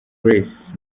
grace